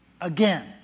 again